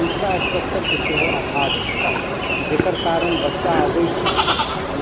इन्फ्रास्ट्रक्चरके सेहो अभाव छै जेकर कारण बच्चा अबै छै